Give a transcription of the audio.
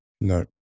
no